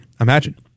imagine